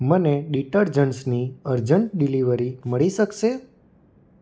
મને ડીટરજંટ્સની urgent delivery મળી શકશે